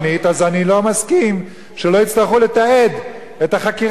אז אני לא מסכים שלא יצטרכו לתעד את החקירה שלו,